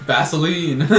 Vaseline